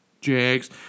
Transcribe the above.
Jags